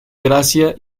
gracia